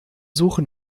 suchen